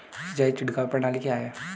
सिंचाई छिड़काव प्रणाली क्या है?